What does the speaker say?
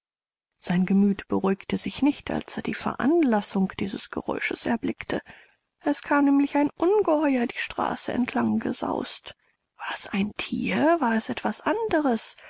sein gemüth beruhigte sich nicht als er die veranlassung dieses geräusches erblickte es kam nämlich ein ungeheuer die straße entlang gesaust war es ein thier war es etwas anderes